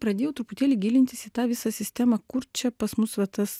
pradėjau truputėlį gilintis į tą visą sistemą kur čia pas mus va tas